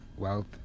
Wealth